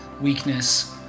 weakness